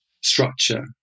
structure